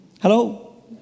Hello